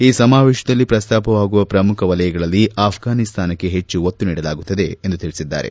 ಈ ಸಮಾವೇಶದಲ್ಲಿ ಪ್ರಸ್ತಾಪವಾಗುವ ಪ್ರಮುಖ ವಲಯಗಳಲ್ಲಿ ಆಘ್ರಾನಿಸ್ತಾನಕ್ಕೆ ಹೆಚ್ಚು ಒತ್ತು ನೀಡಲಾಗುತ್ತದೆ ಎಂದು ತಿಳಿಸಿದ್ದಾರೆ